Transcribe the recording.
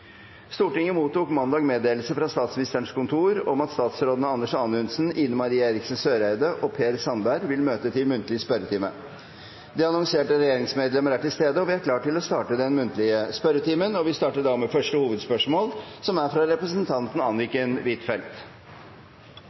Stortinget mottok mandag meddelelse fra Statsministerens kontor om at statsrådene Anders Anundsen, Ine M. Eriksen Søreide og Per Sandberg vil møte til muntlig spørretime. De annonserte regjeringsmedlemmer er til stede, og vi er klare til å starte den muntlige spørretimen. Vi starter da med første hovedspørsmål, fra representanten Anniken Huitfeldt.